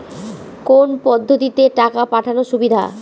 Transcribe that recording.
কোন পদ্ধতিতে টাকা পাঠানো সুবিধা?